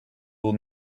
will